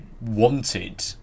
wanted